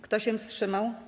Kto się wstrzymał?